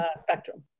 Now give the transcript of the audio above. spectrum